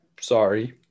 sorry